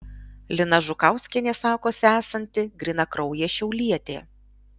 lina žukauskienė sakosi esanti grynakraujė šiaulietė